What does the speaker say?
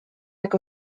jak